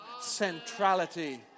centrality